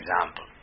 example